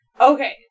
Okay